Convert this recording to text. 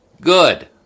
Good